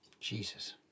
Jesus